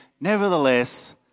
nevertheless